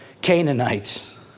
Canaanites